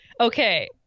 okay